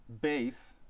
base